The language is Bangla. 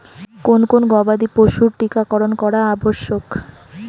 কোন কোন গবাদি পশুর টীকা করন করা আবশ্যক?